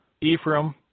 Ephraim